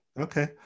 okay